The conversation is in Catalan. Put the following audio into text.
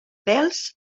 pèls